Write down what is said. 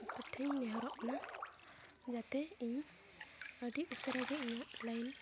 ᱟᱯᱮᱴᱷᱮᱱ ᱤᱧ ᱱᱮᱦᱚᱨᱚᱜ ᱠᱟᱱᱟ ᱡᱟᱛᱮ ᱤᱧ ᱟᱹᱰᱤ ᱩᱥᱟᱹᱨᱟ ᱜᱮ ᱤᱧᱟᱹᱜ ᱞᱟᱭᱤᱱ